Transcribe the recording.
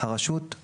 הרשות;